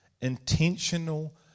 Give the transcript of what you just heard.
intentional